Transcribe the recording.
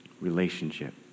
relationship